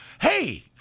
hey